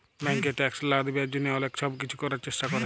ব্যাংকে ট্যাক্স লা দিবার জ্যনহে অলেক ছব কিছু ক্যরার চেষ্টা ক্যরে